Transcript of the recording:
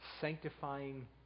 sanctifying